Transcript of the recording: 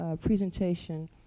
presentation